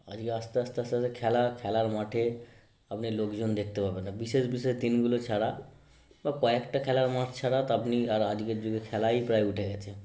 আজকে আস্তে আস্তে আস্তে আস্তে খেলা খেলার মাঠে আপনি লোকজন দেখতে পাবেন না বিশেষ বিশেষ দিনগুলো ছাড়া বা কয়েকটা খেলার মাঠ ছাড়া তা আপনি আর আজকের যুগে খেলাই প্রায় উঠে গিয়েছে